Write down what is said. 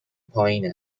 پایین